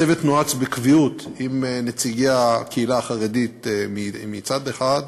הצוות נועץ בקביעות עם נציגי הקהילה החרדית מצד אחד,